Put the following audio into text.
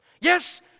Yes